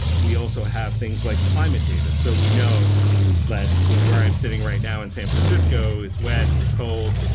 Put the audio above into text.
we also have things like climate data, so we know that you know where i'm sitting right now in san francisco, it's wet, it's cold.